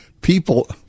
People